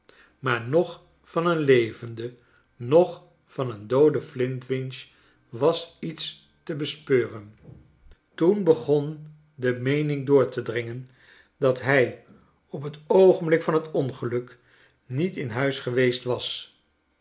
maar noch van een levenden noch van een dooden flintwinch was iets te bespeuren nu begon de meening door te dringen dat hij op het oogenblik van het ongeluk niet in huis geweest was